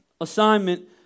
assignment